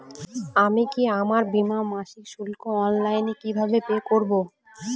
আমি কি আমার বীমার মাসিক শুল্ক অনলাইনে কিভাবে পে করব?